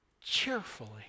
cheerfully